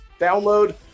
Download